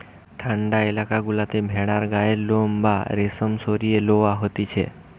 ঠান্ডা এলাকা গুলাতে ভেড়ার গায়ের লোম বা রেশম সরিয়ে লওয়া হতিছে